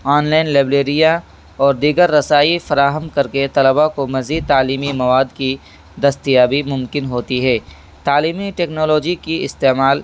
online libraries اور دیگر رسائی فراہم کر کے طلباء کو مزید تعلیمی مواد کی دستیابی ممکن ہوتی ہے تعلیمی ٹیکنالوجی کی استعمال